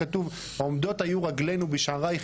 כתוב עומדות היו רגלינו בשערייך